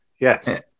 yes